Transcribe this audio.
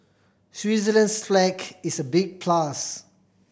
Switzerland's flag is a big plus